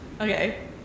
okay